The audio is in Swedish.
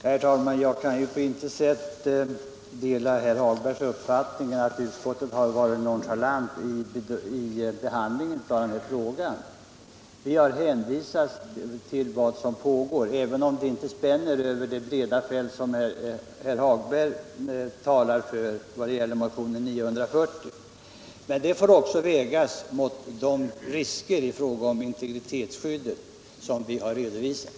Herr talman! Jag kan på intet sätt dela herr Hagbergs i Borlänge uppfattning att utskottet har varit nonchalant vid behandlingen av den här frågan. Vi har hänvisat till vad som pågår. Om detta inte spänner över det breda fält som herr Hagberg talar för vad gäller motionen 940, så får detta vägas mot de risker i fråga om integritetsskyddet som vi har redovisat.